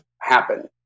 happen